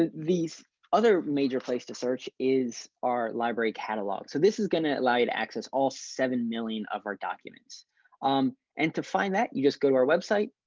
ah other major place to search is our library catalog. so, this is going to allow you to access all seven million of our documents um and to find that you just go to our website.